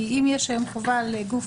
כי אם היום יש חובה לגוף,